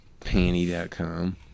Panty.com